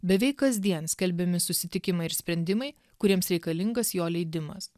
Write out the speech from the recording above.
beveik kasdien skelbiami susitikimai ir sprendimai kuriems reikalingas jo leidimas